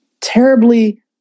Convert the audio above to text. terribly